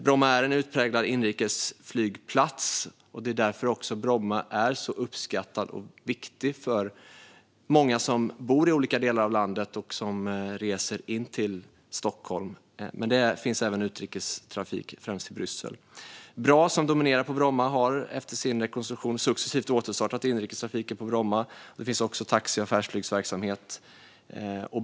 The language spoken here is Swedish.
Bromma är en utpräglad inrikesflygplats, och det är därför Bromma är så uppskattad och viktig för många som bor i olika delar av landet och reser in till Stockholm. Det finns dock även utrikestrafik, främst till Bryssel. BRA, som dominerar på Bromma, har efter sin rekonstruktion successivt återstartat inrikestrafiken på Bromma. Det finns också taxi och affärsflygsverksamhet.